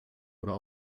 oder